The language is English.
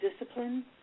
discipline